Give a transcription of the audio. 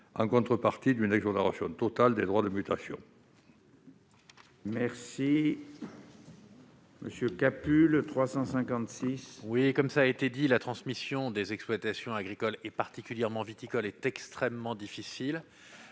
en contrepartie d'une exonération totale des droits de mutation.